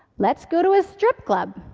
let's go to a strip club.